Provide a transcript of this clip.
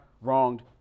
wronged